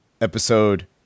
episode